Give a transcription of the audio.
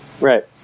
Right